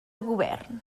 govern